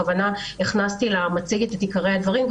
הכנסתי למצגת את עיקרי הדברים,